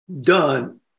done